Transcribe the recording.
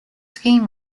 scheme